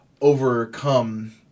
overcome